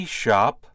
shop